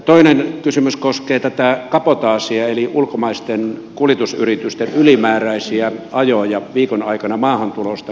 toinen kysymys koskee tätä kabotaasia eli ulkomaisten kuljetusyritysten ylimääräisiä ajoja viikon aikana maahantulosta